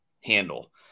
handle